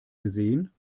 gesehen